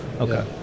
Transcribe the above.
Okay